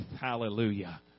Hallelujah